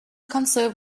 conserve